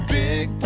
big